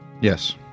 Yes